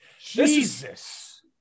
Jesus